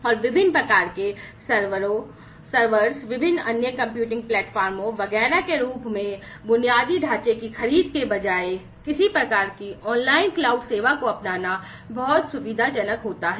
और विभिन्न प्रकार के सर्वरों विभिन्न अन्य कंप्यूटिंग प्लेटफार्मों वगैरह के रूप में बुनियादी ढांचे की खरीद के बजाय किसी प्रकार की ऑनलाइन क्लाउड सेवा को अपनाना बहुत सुविधाजनक होता है